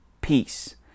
peace